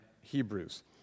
Hebrews